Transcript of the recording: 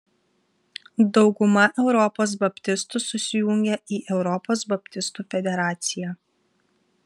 dauguma europos baptistų susijungę į europos baptistų federaciją